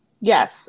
yes